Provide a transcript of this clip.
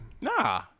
Nah